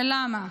ולמה,